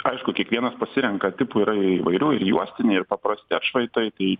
aišku kiekvienas pasirenka tipų yra įvairių juostiniai ir paprasti atšvaitai tai